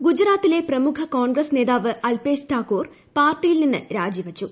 ന് ഗുജറാത്തിലെ പ്രമുഖ കോൺഗ്ഗ്ലസ് നേതാവ് അൽപേഷ് താക്കൂർ പാർട്ടിയിൽ നിന്ന് രാജിവച്ചു്